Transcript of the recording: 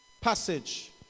passage